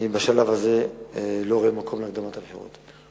ובשלב זה אני לא רואה מקום להקדמת הבחירות.